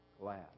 glad